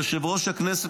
חבר הכנסת